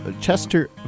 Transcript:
chester